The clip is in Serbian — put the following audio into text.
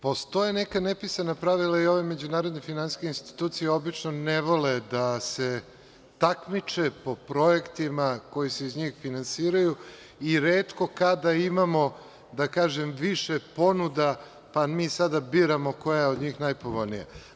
Postoje neka nepisana pravila i ove međunarodne finansijske institucije obično ne vole da se takmiče po projektima koji se iz njih finansiraju i retko kada imamo da kažem, više ponuda, pa mi sada biramo koja je od njih najpovoljnija.